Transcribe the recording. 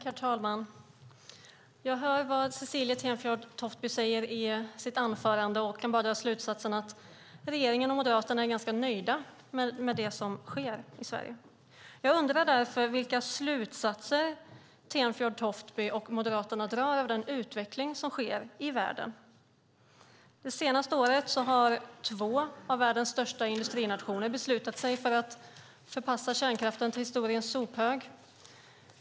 Herr talman! Jag hör vad Cecilie Tenfjord-Toftby säger i sitt anförande och kan bara dra slutsatsen att regeringen och Moderaterna är ganska nöjda med det som sker i Sverige. Jag undrar därför vilka slutsatser som Cecilie Tenfjord-Toftby och Moderaterna drar av den utveckling som sker i världen. Det senaste året har två av världens största industrinationer beslutat sig för att förpassa kärnkraften till historiens sophög.